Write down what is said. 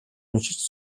уншиж